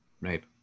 Right